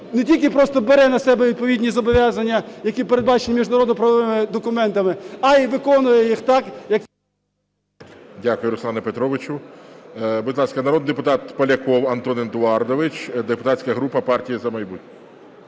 не тільки просто бере на себе відповідні зобов'язання, які передбачені міжнародно-правовими документами, а і виконує їх так… ГОЛОВУЮЧИЙ. Дякую, Руслане Петровичу. Будь ласка, народний депутат Поляков Антон Едуардович, депутатська група "Партія "За майбутнє".